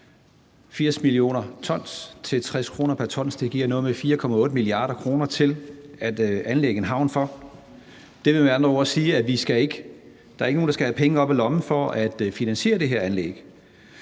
80 mio. t til 60 kr. pr. ton, og det giver noget med 4,8 mia. kr. til at anlægge en havn for. Det vil med andre ord sige, at der ikke er nogen, der skal have penge op af lommen for at finansiere det her anlæg.